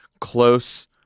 close